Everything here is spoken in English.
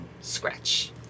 scratch